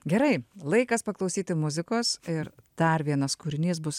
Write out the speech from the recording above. gerai laikas paklausyti muzikos ir dar vienas kūrinys bus